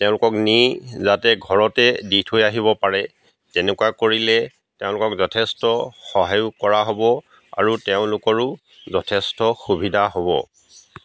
তেওঁলোকক নি যাতে ঘৰতে দি থৈ আহিব পাৰে তেনেকুৱা কৰিলে তেওঁলোকক যথেষ্ট সহায়ো কৰা হ'ব আৰু তেওঁলোকৰো যথেষ্ট সুবিধা হ'ব